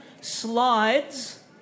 slides